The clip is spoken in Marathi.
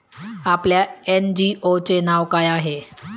आपल्या एन.जी.ओ चे नाव काय आहे?